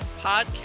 Podcast